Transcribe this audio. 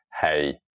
hey